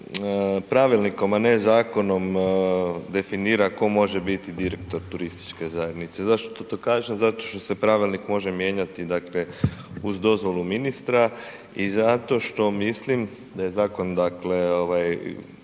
se pravilnikom a ne zakonom definira tko može biti direktor turističke zajednice. Zašto to kažem, zato što se pravilnik može mijenjati uz dozvolu ministra i zato što mislim da je zakon